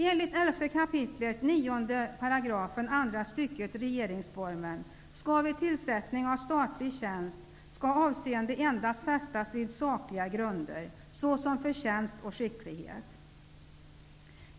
Enligt 11 kap. 9 § andra stycket i regeringsformen skall vid tillsättande av statlig tjänst avseende endast fästas vid sakliga grunder såsom förtjänst och skicklighet.